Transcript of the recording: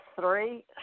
three